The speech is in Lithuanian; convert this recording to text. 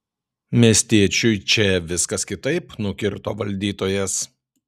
miestiečiui čia viskas kitaip nukirto valdytojas